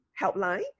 helpline